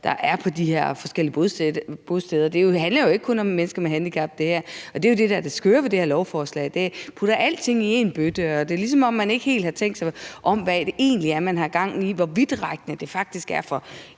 der er på de her forskellige bosteder. Det her handler jo ikke kun om mennesker med handicap, og det er jo det, der er det skøre ved det her lovforslag, nemlig at man putter alting i én bøtte, og det er, som om man ikke helt har tænkt sig om, i forhold til hvad det egentlig er, man har gang i, og hvor vidtrækkende det faktisk er for